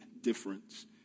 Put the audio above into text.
difference